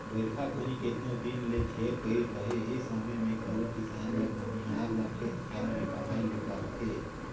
बरिखा घनी केतनो दिन ले झेर कइर रहें ए समे मे घलो किसान ल बनिहार ल खेत खाएर मे कमाए ले परथे